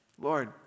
Lord